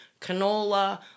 canola